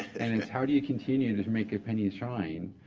and it's how do you continue to to make a penny shine?